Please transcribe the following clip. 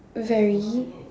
very